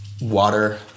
water